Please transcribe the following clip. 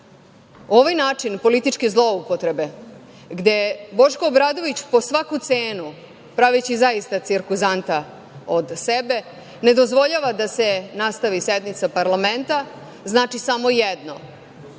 način političke zloupotrebe, gde Boško Obradović po svaku cenu, praveći zaista cirkuzanta od sebe, ne dozvoljava da se nastavi sednica parlamenta, znači samo jedno